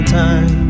time